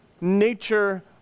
nature